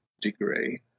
degree